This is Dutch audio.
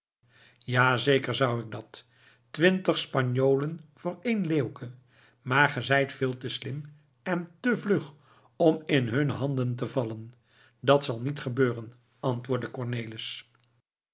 zeker zou ik dat twintig spanjolen voor één leeuwke maar ge zijt veel te slim en te vlug om in hunne handen te vallen dat zal niet gebeuren antwoordde cornelis